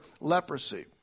leprosy